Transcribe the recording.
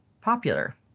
popular